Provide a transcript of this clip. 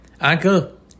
uncle